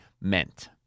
meant